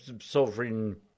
sovereign